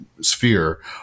sphere